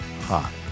hot